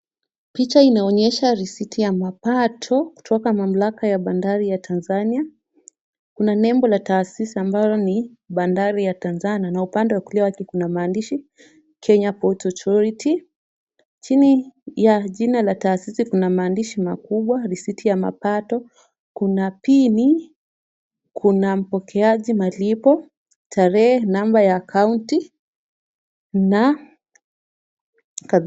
Picha inaonyesha risiti ya mapato kutoka mamlaka ya Bandari ya Tanzania. Kuna nembo la taasisi ambalo ni Bandari ya Tanzania na upande wa kulia wake kuna maandishi Kenya Port Authority. Chini ya jina la taasisi kuna maandishi makubwa, risiti ya mapato kuna pini kuna mpokeaji malipo, tarehe, namba ya county na kadhalika.